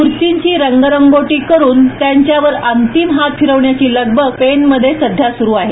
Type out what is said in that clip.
मूर्तींची रंग रंगोटी करून त्यांच्यावर अंतिम हात फिरवण्याची लगबग पेणमध्ये सध्या सुरू आहे